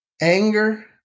Anger